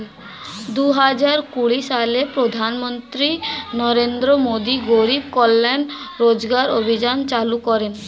দুহাজার কুড়ি সালে প্রধানমন্ত্রী নরেন্দ্র মোদী গরিব কল্যাণ রোজগার অভিযান চালু করেন